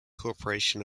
corporation